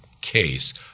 case